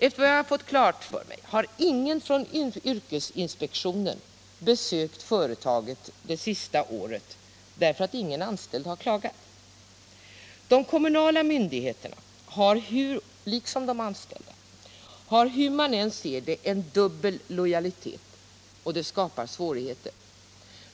Efter vad jag fått klart för mig har ingen från yrkesinspektionen besökt företaget det senaste året — därför att ingen anställd har klagat. De kommunala myndigheterna har, hur man än ser det, en dubbel lojalitet, och det skapar svårigheter.